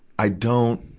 i don't,